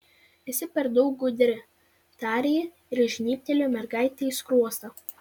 esi per daug gudri tarė ji ir žnybtelėjo mergaitei skruostą